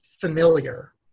familiar